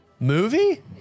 Movie